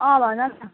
अँ भन न